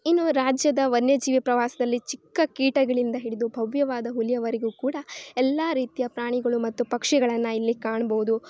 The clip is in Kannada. ಇನ್ನೂ ರಾಜ್ಯದ ವನ್ಯ ಜೀವಿ ಪ್ರವಾಸದಲ್ಲಿ ಚಿಕ್ಕ ಕೀಟಗಳಿಂದ ಹಿಡಿದು ಭವ್ಯವಾದ ಹುಲಿಯವರೆಗೂ ಕೂಡ ಎಲ್ಲ ರೀತಿಯ ಪ್ರಾಣಿಗಳು ಮತ್ತು ಪಕ್ಷಿಗಳನ್ನು ಇಲ್ಲಿ ಕಾಣ್ಬೋದು